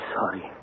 sorry